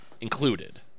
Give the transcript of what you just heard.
included